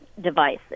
device